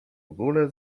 ogólę